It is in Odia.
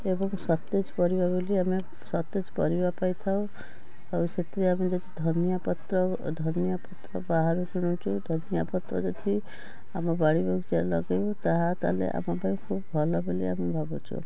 ଏବଂ ସତେଜ ପରିବା ବୋଲି ଆମେ ସତେଜ ପରିବା ପାଇଥାଉ ଆଉ ସେଥିରେ ଆମେ ଯଦି ଧନିଆ ପତ୍ର ଧନିଆ ପତ୍ର ବାହାରୁ କିଣୁଛୁ ଧନିଆ ପତ୍ର ଯଦି ଆମ ବାଡ଼ି ବଗିଚାରେ ଲଗେଇବୁ ତାହା ତାହାଲେ ଆମ ପାଇଁ ଖୁବ୍ ଭଲ ବୋଲି ଆମେ ଭାବୁଛୁ